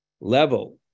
level